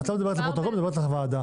את לא מדברת לפרוטוקול, את מדברת אל הוועדה.